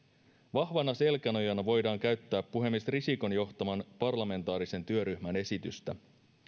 vahvana selkänojana voidaan käyttää puhemies risikon johtaman parlamentaarisen työryhmän esitystä